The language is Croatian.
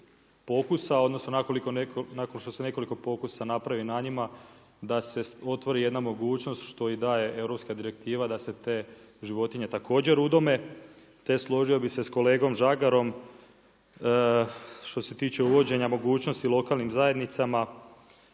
pokusa odnosno nakon što se nekoliko pokusa napravi nad njima da se otvori jedna mogućnost, što i daje europska direktiva da se te životinje također udome. Te složio bih se sa kolegom Žagarom što se tiče uvođenja mogućnosti lokalnim zajednicama